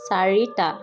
চাৰিটা